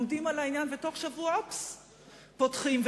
עומדים על העניין, ותוך שבוע, אופס, פותחים.